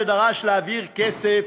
משום שדרש להעביר כסף